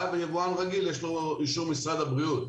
ויבואן רגיל יש לו אישור משרד הבריאות.